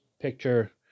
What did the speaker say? picture